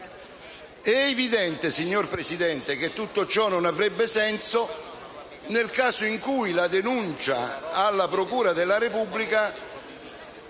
È evidente, signor Presidente, che tutto ciò non avrebbe senso nel caso in cui la denuncia alla procura della Repubblica